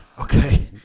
Okay